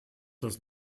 das